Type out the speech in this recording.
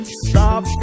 stop